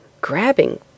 grabbing